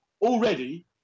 Already